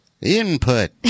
Input